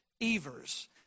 Evers